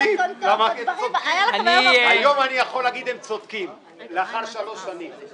אין שום סיבה --- היום אני יכול להגיד: הם צודקים לאחר שלוש שנים.